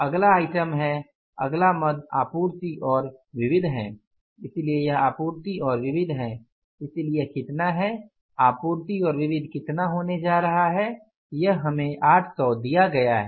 अगला आइटम है अगला मद आपूर्ति और विविध है इसलिए यह आपूर्ति और विविध है इसलिए यह कितना है आपूर्ति और विविध कितना होने जा रहा है यह हमें 800 दिया गया है